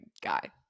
guy